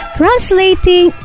translating